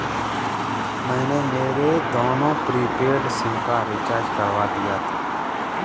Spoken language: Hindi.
मैंने मेरे दोनों प्रीपेड सिम का रिचार्ज करवा दिया था